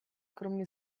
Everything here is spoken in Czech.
kromě